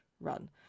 run